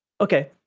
okay